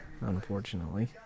unfortunately